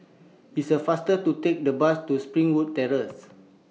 It's A faster to Take The Bus to Springwood Terrace